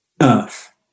Earth